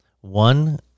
one